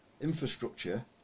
infrastructure